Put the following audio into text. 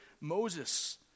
Moses